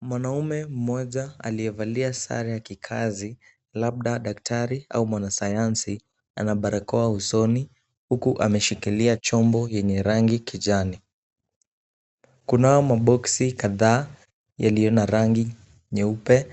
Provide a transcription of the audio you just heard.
Mwanaume mmoja aliyevalia sare ya kikazi labda daktari au mwanasayansi ana barakoa usoni huku ameshikilia chombo yenye rangi kijani. Kunao maboksi kadhaa yaliyo na rangi nyeupe